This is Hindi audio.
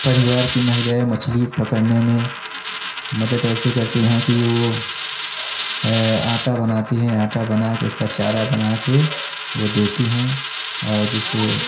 परिवार की महिलाएँ मछली पकड़ने में मदद ऐसे करती हैं कि वो आटा बनाती है आटा बनाकर उसका चारा बनाकर वे देती हैं और जिससे